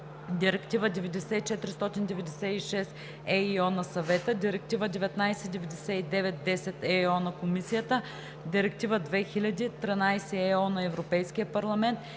Директива 90/496/ЕИО на Съвета, Директива 1999/10/ЕО на Комисията, Директива 2000/13/ЕО на Европейския парламент